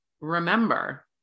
remember